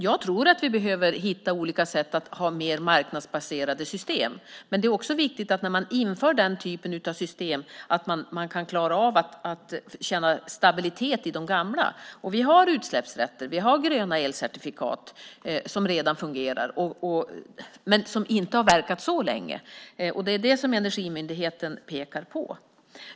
Jag tror att vi behöver hitta olika sätt att ha mer marknadsbaserade system, men det är också viktigt, när man inför den typen av system, att man kan klara av att känna stabilitet i de gamla. Vi har utsläppsrätter och gröna elcertifikat som redan fungerar men som inte har verkat så länge, och det är det Energimyndigheten pekar på.